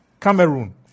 Cameroon